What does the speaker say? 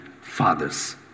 fathers